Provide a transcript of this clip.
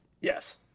Yes